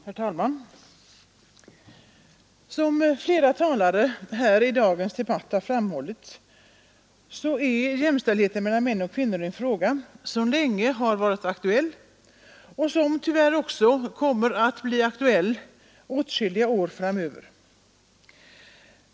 Herr talman! Som flera talare i dagens debatt har framhållit är jämställdheten mellan män och kvinnor en fråga som länge varit aktuell och som tyvärr också kommer att bli aktuell åtskilliga år framöver.